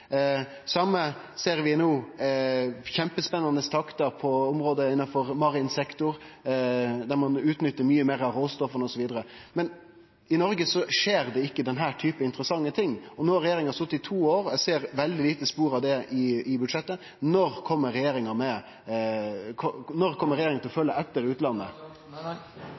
Vi ser no òg kjempespennande takter på område innanfor marin sektor, der ein utnyttar mykje meir av råstoffa, osv. Men i Noreg skjer ikkje denne typen interessante ting. No har regjeringa sete i to år, og eg ser veldig lite spor av dette i budsjettet. Når kjem regjeringa